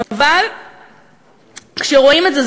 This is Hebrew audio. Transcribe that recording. אבל כשרואים את זה,